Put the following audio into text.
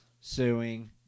suing